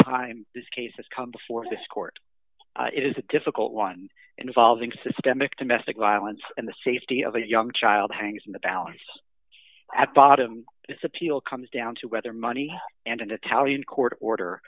time this case has come before this court is a difficult one involving systemic domestic violence and the safety of a young child hangs in the balance at bottom its appeal comes down to whether money and an italian court order